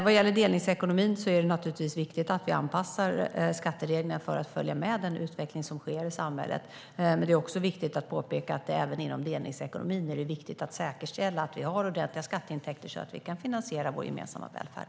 Vad gäller delningsekonomin är det naturligtvis viktigt att vi anpassar skattereglerna för att följa med den utveckling som sker i samhället, men det är också viktigt att påpeka att det även inom delningsekonomin är viktigt att säkerställa att vi har ordentliga skatteintäkter, så att vi kan finansiera vår gemensamma välfärd.